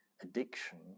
addiction